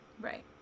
Right